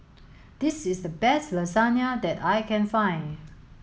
this is the best Lasagna that I can find